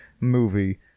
movie